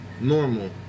Normal